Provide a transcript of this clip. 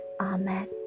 Amen